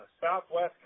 Southwest